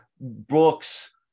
books